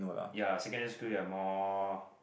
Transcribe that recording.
ya secondary school you are more